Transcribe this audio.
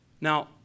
Now